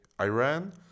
iran